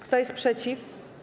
Kto jest przeciw?